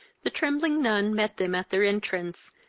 the trembling nun met them at their entrance,